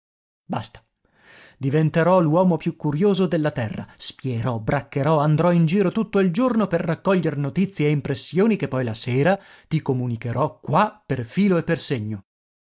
basta diventerò l'uomo più curioso della terra spierò braccherò andrò in giro tutto il giorno per raccoglier notizie e impressioni che poi la sera ti comunicherò qua per filo e per segno